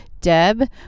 Deb